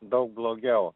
daug blogiau